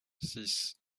six